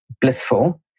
blissful